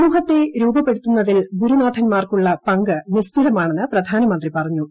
സമൂഹത്തെ രൂപപ്പെടുത്തുന്നതിൽ ഗുരുനാഥൻമാർക്കുള്ള പങ്ക് നിസ്തുലമാണെന്ന് പ്രധാനമന്ത്രി പറഞ്ഞു